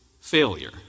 failure